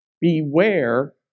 Beware